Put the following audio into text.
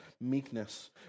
meekness